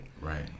Right